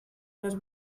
les